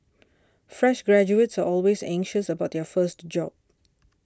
fresh graduates are always anxious about their first job